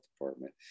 department